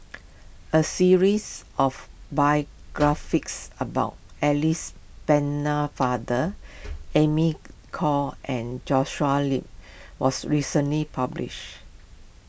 a series of biographies about Alice Pennefather Amy Khor and Joshua Lip was recently published